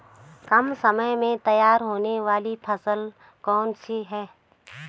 कम समय में तैयार होने वाली फसल कौन सी है?